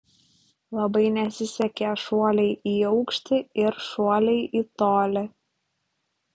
labai nesisekė šuoliai į aukštį ir šuoliai į tolį